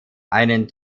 einen